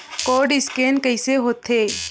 Code scan कइसे होथे?